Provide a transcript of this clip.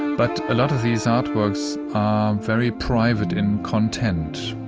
but a lot of these artworks are very private in content.